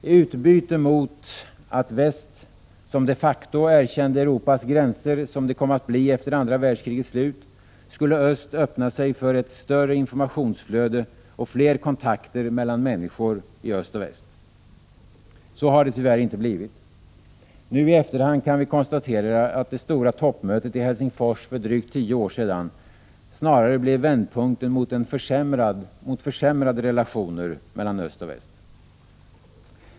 I utbyte mot att väst de facto erkände Europas gränser, som de kom att bli efter andra världskrigets slut, skulle öst öppna sig för ett större informationsflöde och fler kontakter mellan människor i öst och väst. Så har det tyvärr inte blivit. Nu i efterhand kan vi konstatera att det stora toppmötet i Helsingfors för drygt tio år sedan snarast blev vändpunkten mot försämrade relationer mellan öst och väst.